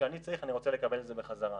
כשאני צריך אני רוצה לקבל את זה בחזרה.